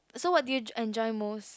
so what did you j~ enjoy most